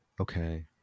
okay